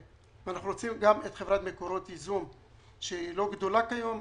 ואנחנו רוצים להפריט גם את חברת מקורות ייזום שהיא לא גדולה כיום,